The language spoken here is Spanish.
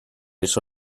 eso